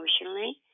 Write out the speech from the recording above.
Emotionally